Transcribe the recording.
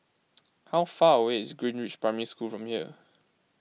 how far away is Greenridge Primary School from here